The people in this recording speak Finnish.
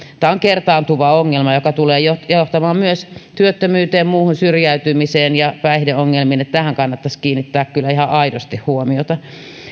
tämä on kertaantuva ongelma joka tulee johtamaan myös työttömyyteen muuhun syrjäytymiseen ja päihdeongelmiin että tähän kannattaisi kiinnittää kyllä ihan aidosti huomiota